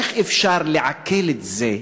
איך אפשר לעכל את זה,